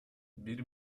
биз